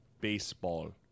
Baseball